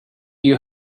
you